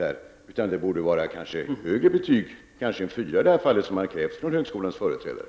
Det bör tydligen vara ett högre betyg, kanske betyget 4, något som har krävts av högskolans företrädare.